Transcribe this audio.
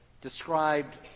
described